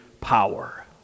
power